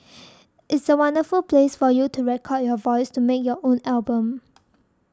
it's a wonderful place for you to record your voice to make your own album